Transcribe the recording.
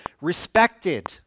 respected